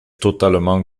totalement